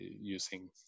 using